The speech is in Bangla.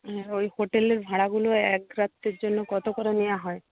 হ্যাঁ ওই হোটেলের ভাড়াগুলো এক রাত্রের জন্য কত করে নেওয়া হয়